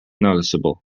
noticeable